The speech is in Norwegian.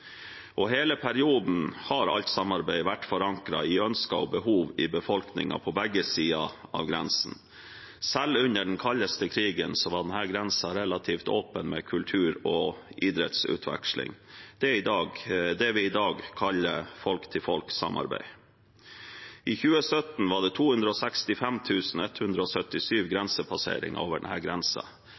Hele perioden har samarbeidet vært forankret i ønsker og behov i befolkningen på begge sider av grensen. Selv under den kaldeste krigen var denne grensen relativt åpen, med kultur- og idrettsutveksling, det vi i dag kaller folk-til-folk-samarbeid. I 2017 var det 265 177 grensepasseringer over denne grensen. Det var en bitte liten nedgang i fjor, men det